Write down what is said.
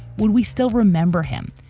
would we still remember him?